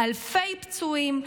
אלפי פצועים,